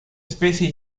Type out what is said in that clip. especie